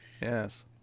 yes